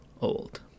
old